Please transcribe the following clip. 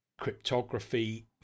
cryptography